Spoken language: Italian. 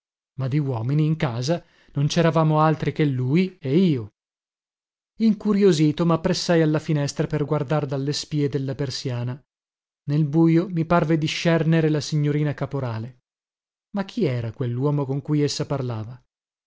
ma di uomini in casa non ceravamo altri che lui e io incuriosito mappressai alla finestra per guardar dalle spie della persiana nel bujo mi parve discernere la signorina caporale ma chi era quelluomo con cui essa parlava